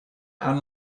and